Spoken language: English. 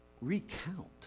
Recount